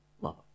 love